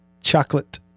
Chocolate